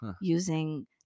using